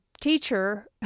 teacher